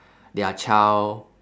their child